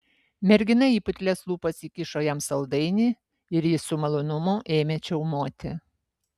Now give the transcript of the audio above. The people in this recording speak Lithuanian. mergina į putlias lūpas įkišo jam saldainį ir jis su malonumu ėmė čiaumoti